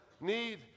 need